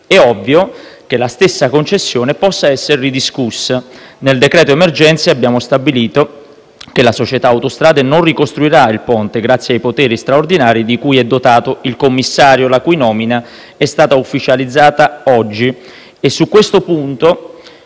è ovvio che la stessa concessione possa essere ridiscussa. Nel decreto emergenze abbiamo stabilito che la società Autostrade non ricostruirà il ponte, grazie ai poteri straordinari di cui è dotato il commissario, la cui nomina è stata ufficializzata oggi. A questo